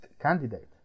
candidate